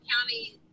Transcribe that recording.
county